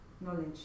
knowledge